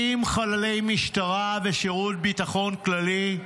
70 חללי משטרה ושירות הביטחון הכללי.